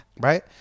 right